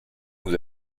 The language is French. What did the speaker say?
vous